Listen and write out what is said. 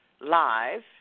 live